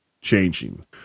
changing